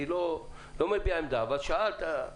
אני לא מביע עמדה אבל את שאלת.